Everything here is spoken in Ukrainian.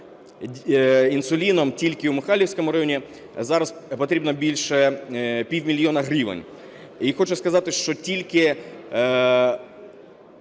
інсуліном, тільки в Михайлівському районі зараз потрібно більше півмільйона гривень. І хочу сказати, що тільки